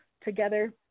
together